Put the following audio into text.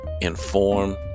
inform